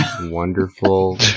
wonderful